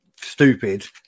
stupid